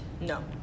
No